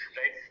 right